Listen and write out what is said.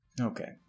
okay